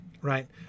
right